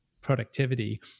productivity